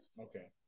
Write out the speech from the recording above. Okay